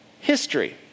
history